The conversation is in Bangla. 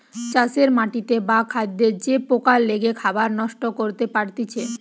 চাষের মাটিতে বা খাদ্যে যে পোকা লেগে খাবার নষ্ট করতে পারতিছে